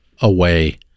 away